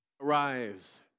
Arise